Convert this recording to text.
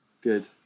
Good